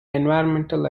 environmental